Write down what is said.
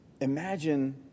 Imagine